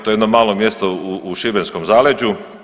To je jedno malo mjesto u šibenskom zaleđu.